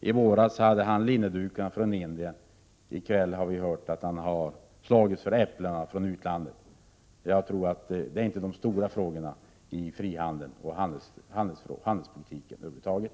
I våras gällde det linnedukar från Indien. I kväll har vi hört att han har slagits för äpplen från utlandet. Detta är inte de stora frågorna i frihandeln och handelspolitiken över huvud taget.